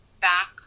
back